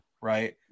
right